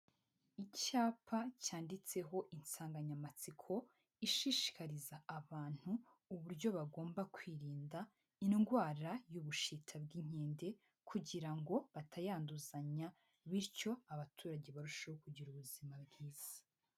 Icyapa cyanditseho insanganyamatsiko ishishikariza abantu uburyo bagomba kwirinda indwara y'ubushita bw'inkende. kugirango batayanduzanya, bityo abaturage bagire ubuzima bwiza.